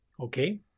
Okay